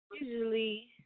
Usually